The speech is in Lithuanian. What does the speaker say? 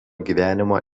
gyvenimą